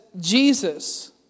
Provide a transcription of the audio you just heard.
Jesus